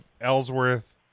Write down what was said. Ellsworth